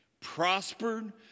Prospered